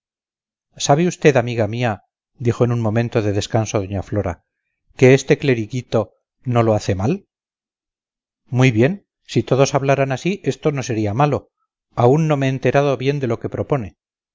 sabe usted amiga mía dijo en un momento de descanso doña flora que este cleriguito no lo hace mal muy bien si todos hablaran así esto no sería malo aún no me he enterado bien de lo que propone